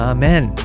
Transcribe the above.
Amen